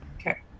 Okay